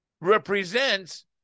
represents